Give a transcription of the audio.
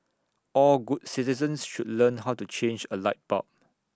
all good citizens should learn how to change A light bulb